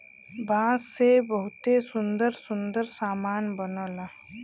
बांस से बहुते सुंदर सुंदर सामान बनला